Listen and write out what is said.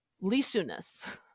Lisu-ness